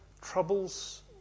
troubles